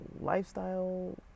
lifestyle